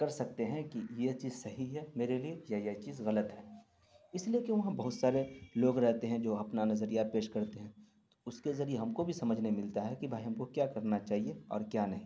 کر سکتے ہیں کہ یہ چیز صحیح ہے میرے لیے یا یہ چیز غلط ہے اس لیے کہ وہاں بہت سارے لوگ رہتے ہیں جو اپنا نظریہ پیش کرتے ہیں اس کے ذریعے ہم کو بھی سمجھنے ملتا ہے کہ بھائی ہم کو کیا کرنا چاہیے اور کیا نہیں